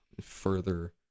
further